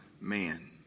man